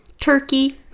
Turkey